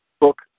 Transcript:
book